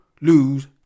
lose